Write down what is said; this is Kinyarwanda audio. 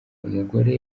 umugore